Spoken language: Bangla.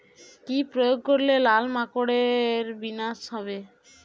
কি প্রয়োগ করলে লাল মাকড়ের বিনাশ হবে?